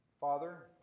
Father